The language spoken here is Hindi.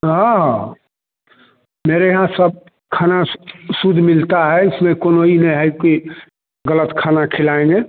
हाँ मेरे यहाँ सब खाना शुद्ध मिलता है उसमें कौनों ई नहीं है कि गलत खाना खिलाएँगे